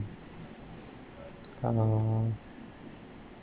uh